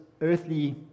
earthly